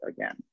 again